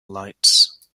lights